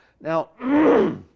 Now